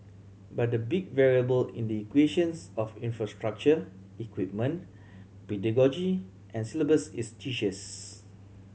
but the big variable in the equations of infrastructure equipment pedagogy and syllabus is teachers